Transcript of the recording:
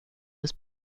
was